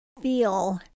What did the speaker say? feel